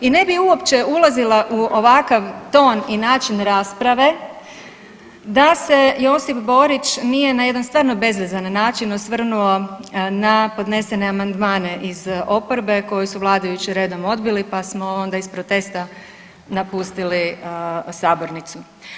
I ne bi uopće ulazila u ovakav ton i način rasprave da se Josip Borić nije na jedan stvarno bezvezan način osvrnuo na podnesene amandmane iz oporbe koje su vladajući redom odbili pa smo onda iz protesta napustili sabornicu.